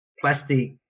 plastic